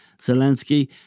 Zelensky